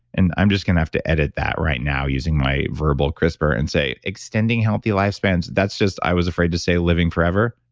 and i'm just going to have to edit that right now using my verbal crispr and say, extending healthy lifespans that's just, i was afraid to say living forever.